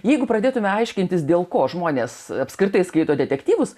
jeigu pradėtume aiškintis dėl ko žmonės apskritai skaito detektyvus